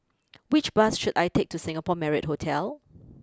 which bus should I take to Singapore Marriott Hotel